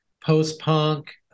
post-punk